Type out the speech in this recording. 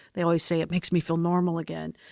they always say, it makes me feel normal again.